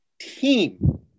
team